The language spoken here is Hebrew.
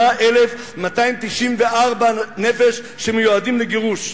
28,294 נפש שמיועדים לגירוש.